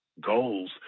goals